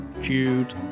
Jude